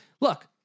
Look